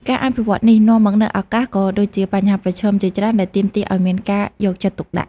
ការអភិវឌ្ឍនេះនាំមកនូវឱកាស ក៏ដូចជាបញ្ហាប្រឈមជាច្រើនដែលទាមទារឲ្យមានការយកចិត្តទុកដាក់។